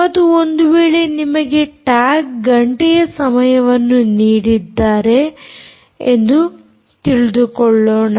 ಮತ್ತು ಒಂದು ವೇಳೆ ನಿಮಗೆ ಅರ್ಧ ಗಂಟೆಯ ಸಮಯವನ್ನು ನೀಡಿದ್ದಾರೆ ಎಂದು ತಿಳಿದುಕೊಳ್ಳೋಣ